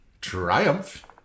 Triumph